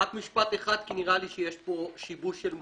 רק משפט אחד, כי נראה לי שיש פה שיבוש של מושגים.